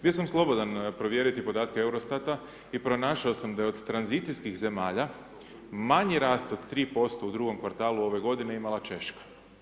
Bio sam slobodan provjeriti podatke EUROSTAT-a i pronašao sam da je od tranzicijskih zemalja, manji rasti od 3% u drugom kvartalu ove godine, imala Češka.